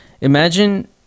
imagine